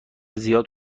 زیاد